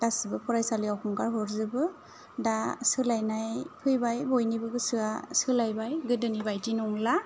गासैबो फरायसालियाव हगार हरजोबो दा सोलायनाय फैबाय बयनिबो गोसोआ सोलायबाय गोदोनि बायदि नंला